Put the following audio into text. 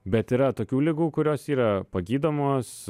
bet yra tokių ligų kurios yra pagydomos